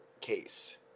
case